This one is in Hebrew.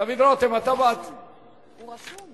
דוד רותם, קראתי לו.